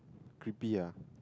creepy ah